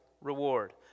reward